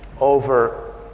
over